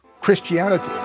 Christianity